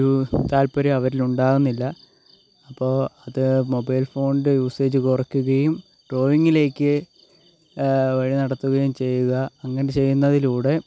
ഒരു താത്പര്യം അവരിൽ ഉണ്ടാകുന്നില്ല അപ്പോൾ അത് മൊബൈൽ ഫോണിൻ്റെ യൂസേജ് കുറക്കുകയും ഡ്രോയിങിലേക്ക് വഴിനടത്തുകയും ചെയ്യുക അങ്ങനെ ചെയ്യുന്നതിലൂടെ